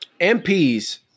mps